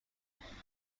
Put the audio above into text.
اشپزخونه